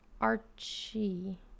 Archie